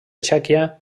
txèquia